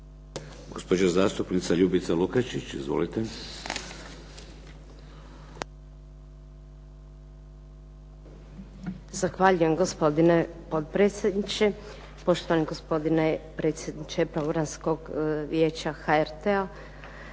Gospođa zastupnica Ljubica Lukačić. Izvolite. **Lukačić, Ljubica (HDZ)** Zahvaljujem gospodine potpredsjedniče. Poštovani gospodine predsjedniče Programskog vijeća HRT-a,